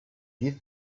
you